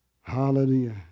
Hallelujah